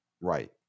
Right